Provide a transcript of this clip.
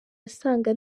asanga